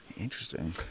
Interesting